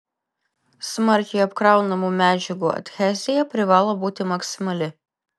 smarkiai apkraunamų medžiagų adhezija privalo būti maksimali